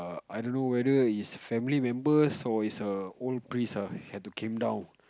I don't know whether it's family members or his err old priest ah have to came down